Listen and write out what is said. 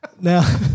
Now